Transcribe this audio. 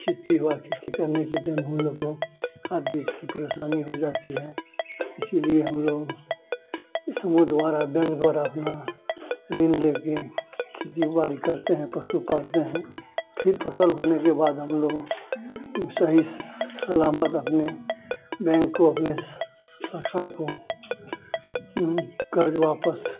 खेतीबा खेती करने के टाइम हमलोग को खाद बीज की परेशानी हो जाती है इसीलिए हमलोग ए समूह द्वारा बैंक द्वारा अपना ऋण लेकर खेतीबाड़ी करते हैं पशु पालते हैं फिर फ़सल होने के बाद हमलोग सही सलामत अपने बैंक को अपनी शाखा को कर्ज वापस